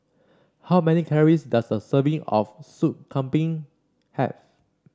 how many calories does a serving of Soup Kambing have